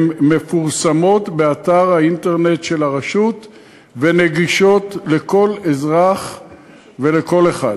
הם מפורסמים באתר האינטרנט של הרשות ונגישים לכל אזרח ולכל אחד.